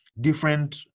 different